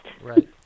Right